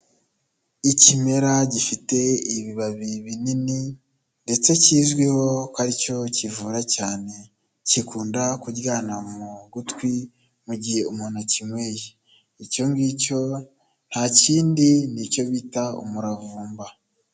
Ikimera gifite ibibabi binini ndetse kizwiho ko aricyo kivura cyane kikunda kuryana mu gutwi mu gihe umuntu akinyweye icyo ngicyo nta kindi nicyo bita umuravumba.